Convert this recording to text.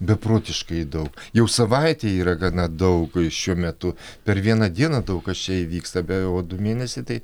beprotiškai daug jau savaitė yra gana daug šiuo metu per vieną dieną daug kas čia įvyksta be o du mėnesiai tai